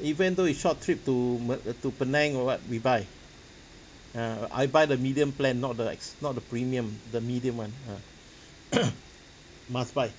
even though is short trip to ma~ uh to penang or what we buy ya I buy the medium plan not the ex~ not the premium the medium one ah must buy